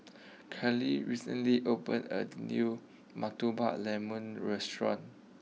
Karly recently opened a new Murtabak Lembu restaurant